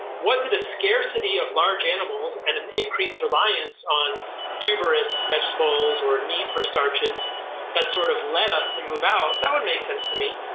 was it a scarcity of large animals, and an increased reliance on tuberous vegetables or need for starches that sort of led us to move out. that would make sense to me.